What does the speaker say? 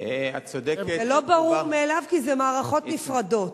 זה לא ברור מאליו, כי זה מערכות נפרדות.